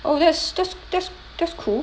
oh that's that's that's that's cool